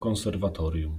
konserwatorium